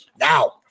Now